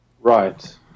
Right